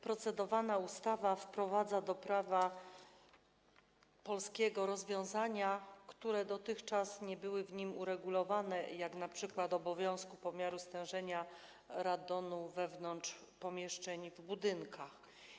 Procedowana ustawa wprowadza do prawa polskiego rozwiązania, które dotychczas nie były w nim zawarte, uregulowane, jak np. obowiązek pomiaru stężenia radonu wewnątrz pomieszczeń, w budynkach.